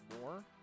more